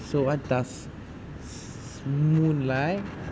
so what does su~ moon like